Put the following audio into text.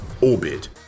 orbit